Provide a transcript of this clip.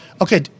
Okay